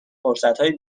فرصتهای